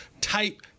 type